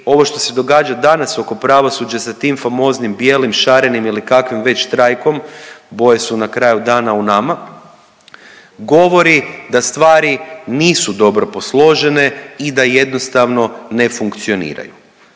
ovo što se događa danas oko pravosuđa sa tim famoznim bijelim, šarenim ili kakvim već štrajkom, boje su na kraju dana u nama, govori da stvari nisu dobro posložene i da jednostavno ne funkcioniraju,